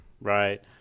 Right